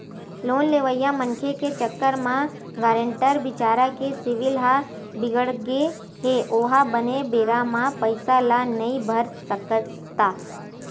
loan लेवइया मनखे के चक्कर म गारेंटर बिचारा के सिविल ह बिगड़गे हे ओहा बने बेरा म पइसा ल नइ भर सकिस त